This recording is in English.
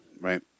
right